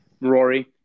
Rory